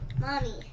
Mommy